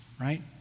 right